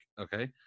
okay